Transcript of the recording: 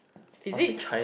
physics